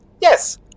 Yes